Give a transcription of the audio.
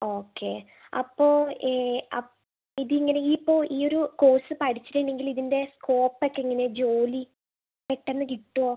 okay അപ്പോൾ ഇപ്പോൾ ഒരു കോഴ്സ് പഠിച്ചിട്ടുണ്ടെങ്കില് ഇതിൻ്റെ സ്കോപ്പൊക്കെ എങ്ങനെയാണ് ജോലി പെട്ടെന്ന് കിട്ടുവോ